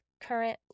current